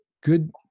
good